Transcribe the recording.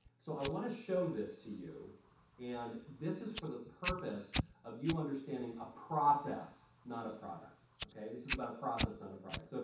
so i want to show this to you and this is for the purpose of you understanding a process not a product, okay? this is about a process not a product. so